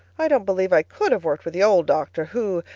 i don't believe i could have worked with the old doctor, who,